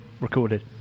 recorded